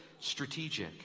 strategic